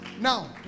Now